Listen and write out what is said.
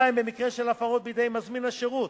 2. במקרה של הפרות בידי מזמין השירות,